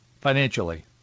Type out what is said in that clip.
financially